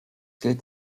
gilt